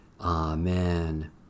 Amen